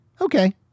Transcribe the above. okay